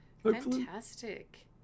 Fantastic